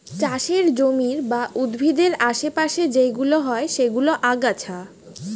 চাষের জমির বা উদ্ভিদের আশে পাশে যেইগুলো হয় সেইগুলো আগাছা